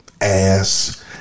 ass